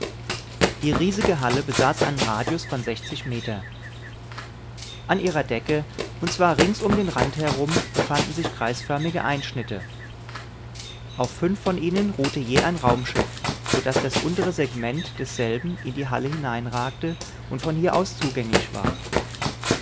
die riesige halle besaß einen radius von meter an ihrer decke und zwar rings um den rand herum befanden sich kreisförmige einschnitte auf fünf von ihnen ruhte je ein raumschiff so daß das untere segment desselben in die halle hineinragte und von hier aus zugänglich war